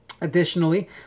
Additionally